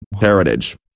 heritage